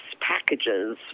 packages